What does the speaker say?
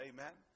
Amen